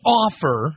offer